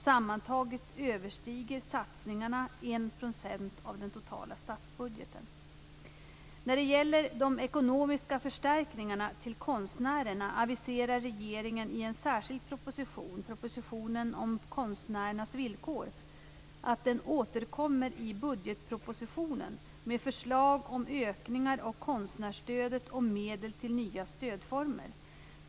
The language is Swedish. Sammantaget överstiger satsningarna 1 % av den totala statsbudgeten. När det gäller de ekonomiska förstärkningarna till konstnärerna aviserar regeringen i en särskild proposition om konstnärernas villkor att den återkommer i budgetpropositionen med förslag om ökningar av konstnärsstödet och medel till nya stödformer.